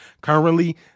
Currently